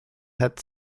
had